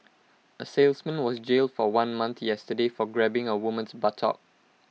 A salesman was jailed for one month yesterday for grabbing A woman's buttock